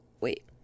wait